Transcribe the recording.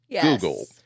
Google